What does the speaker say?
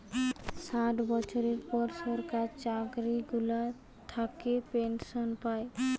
ষাট বছরের পর সরকার চাকরি গুলা থাকে পেনসন পায়